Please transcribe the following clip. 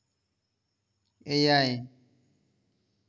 ᱮᱭᱟᱭ